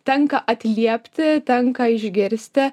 tenka atliepti tenka išgirsti